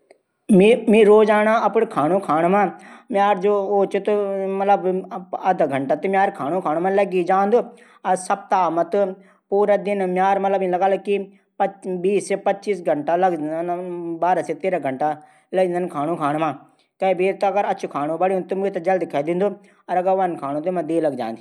मि रोजाना अपडू खाणू खाणा मा अदा घंटा लग ही जांदू। पूरा सप्ताह मा बारह से तेरह घंटा लग ज्यांदन। खाणू खाण मा।